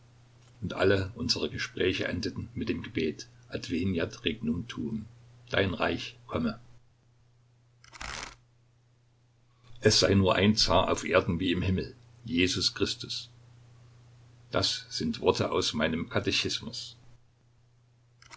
und alle unsere gespräche endeten mit dem gebet adveniat regnum tuum dein reich komme es sei nur ein zar auf erden wie im himmel jesus christus das sind worte aus meinem katechismus